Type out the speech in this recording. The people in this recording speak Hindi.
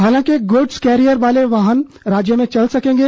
हालांकि गुड्स कैरियर वाले वाहन राज्य में चल सकेंगे